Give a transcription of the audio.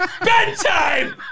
Bedtime